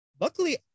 Luckily